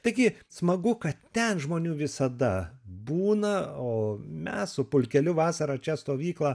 taigi smagu kad ten žmonių visada būna o mes su pulkeliu vasarą čia stovyklą